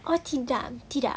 oh tidak